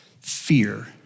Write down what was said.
fear